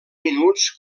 minuts